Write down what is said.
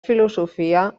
filosofia